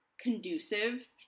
conducive